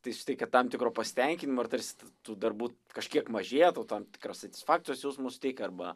tai suteikia tam tikro pasitenkinimo ir tarsi tų darbų kažkiek mažėja tau tam tikrą satisfakcijos jausmą suteikia arba